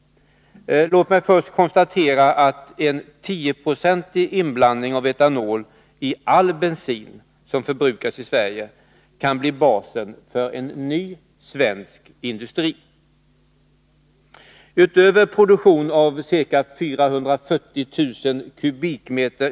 Låg mig först konstatera att en 10-procentig inblandning av etanol i all bensin som förbrukas i Sverige kan bli basen för ny svensk industri. Utöver produktionen av ca 440 000 m?